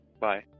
bye